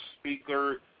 Speaker